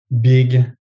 big